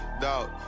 Dog